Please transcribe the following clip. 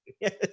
Yes